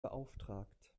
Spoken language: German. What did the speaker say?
beauftragt